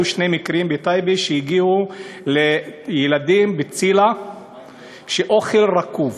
היו שני מקרים בטייבה שהגיע לילדים בציל"ה אוכל רקוב.